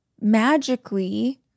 magically